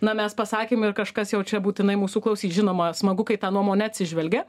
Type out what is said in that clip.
na mes pasakėm ir kažkas jau čia būtinai mūsų klausys žinoma smagu kai tą nuomonę atsižvelgia